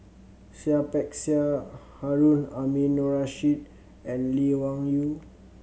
Seah Peck Seah Harun Aminurrashid and Lee Wung Yew